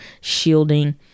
shielding